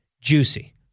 juicy